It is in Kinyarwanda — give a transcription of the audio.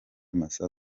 masa